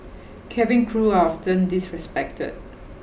cabin crew are often disrespected